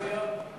אז מה אתה מציע?